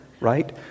right